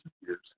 years